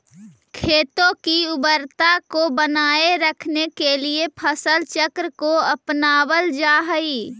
खेतों की उर्वरता को बनाए रखने के लिए फसल चक्र को अपनावल जा हई